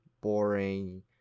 boring